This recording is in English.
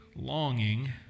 longing